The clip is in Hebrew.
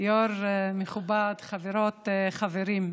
יושב-ראש מכובד, חברות, חברים,